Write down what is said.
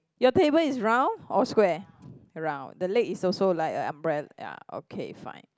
your table is round or square round the leg is also like a umbrella ya okay fine